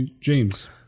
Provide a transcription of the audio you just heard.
James